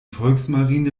volksmarine